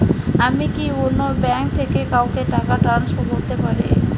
আমি কি অন্য ব্যাঙ্ক থেকে কাউকে টাকা ট্রান্সফার করতে পারি?